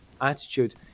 attitude